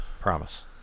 Promise